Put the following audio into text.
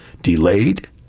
delayed